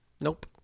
Nope